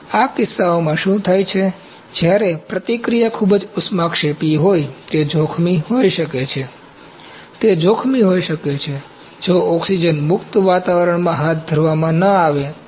આ કિસ્સાઓમાં શું થાય છે જ્યારે પ્રતિક્રિયા ખૂબ જ ઉષ્માક્ષેપી હોય છે તે જોખમી હોઈ શકે છે તે જોખમી હોઈ શકે છે જો ઓક્સિજન મુક્ત વાતાવરણમાં હાથ ધરવામાં ન આવે તો